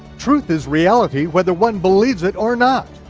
truth is reality whether one believes it or not.